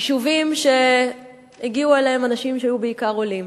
יישובים שהגיעו אליהם אנשים שהיו בעיקר עולים.